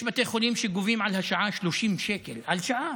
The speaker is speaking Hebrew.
יש בתי חולים שגובים על שעה 30 שקלים, על שעה.